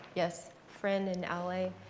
yes, friend and ally.